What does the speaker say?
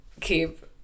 keep